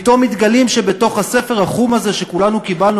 פתאום מגלים שבתוך הספר החום הזה שכולנו קיבלנו,